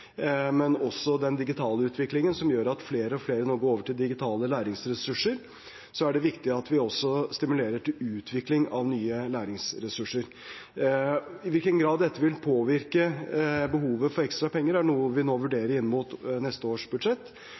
den digitale utviklingen, som gjør at flere og flere nå går over til digitale læringsressurser. Da er det viktig at vi også stimulerer til utvikling av nye læringsressurser. I hvilken grad dette vil påvirke behovet for ekstra penger, er noe vi nå vurderer inn mot neste års budsjett.